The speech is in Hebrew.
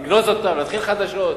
לגנוז אותן ולהתחיל חדשות.